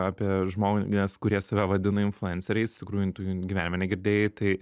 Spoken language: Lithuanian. apie žmones kurie save vadina influenceriais kurių tu gyvenime negirdėjai tai